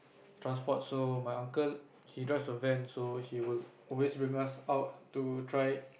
transport so my uncle he drives a van so he will always bring us out to try